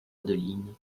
adeline